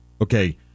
Okay